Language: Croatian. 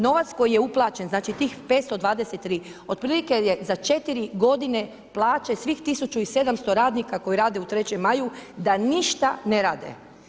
Novac koji je uplaćen, znači tih 523, otprilike je za 4 godine plaće svih 1700 radnika koji rade u Trećem maju da ništa ne rade.